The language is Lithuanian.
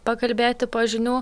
pakalbėti po žinių